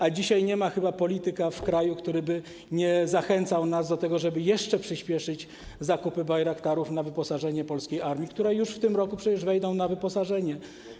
A dzisiaj nie ma chyba polityka w kraju, który by nie zachęcał nas do tego, żeby jeszcze przyspieszyć zakupy Bayraktarów na wyposażenie polskiej armii, które już w tym roku przecież wejdą na wyposażenie.